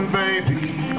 baby